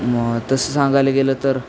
मग तसं सांगायला गेलं तर